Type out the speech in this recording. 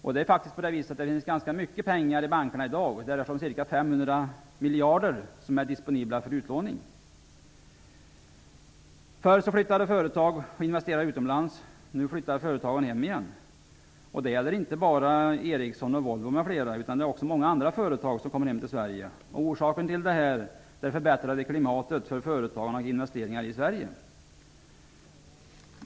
I dag finns det faktiskt ganska mycket pengar, ca 500 miljarder, som är disponibla för utlåning. Förr flyttade företag och investerare utomlands. Nu flyttar företagen hem igen. Det gäller inte bara Ericsson och Volvo. Även många andra företag kommer hem till Sverige. Orsaken är det förbättrade klimatet för företagande och investeringar i Sverige.